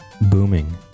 booming